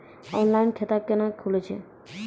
Online खाता केना खुलै छै?